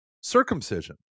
circumcision